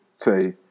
Say